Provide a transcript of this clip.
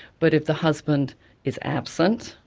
but if the husband is absent,